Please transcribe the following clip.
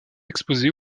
exposée